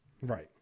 Right